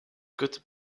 could